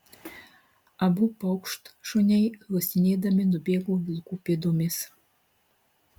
abu paukštšuniai uostinėdami nubėgo vilkų pėdomis